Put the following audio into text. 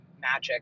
magic